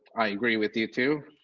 i agree with you too.